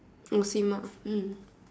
it was him ah mm